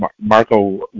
Marco